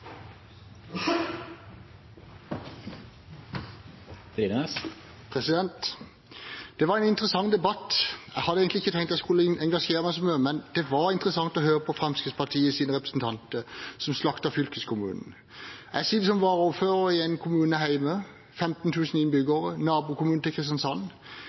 Det var en interessant debatt. Jeg hadde egentlig ikke tenkt jeg skulle engasjere seg så mye, men det var interessant å høre på Fremskrittspartiets representanter, som slaktet fylkeskommunen. Jeg sitter som varaordfører i en kommune med 15 000 innbyggere, nabokommune til Kristiansand,